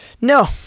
No